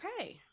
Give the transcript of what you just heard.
Okay